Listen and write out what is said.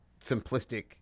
simplistic